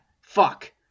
Fuck